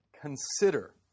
consider